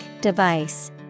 device